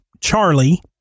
Charlie